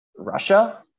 russia